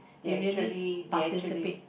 they actually they actually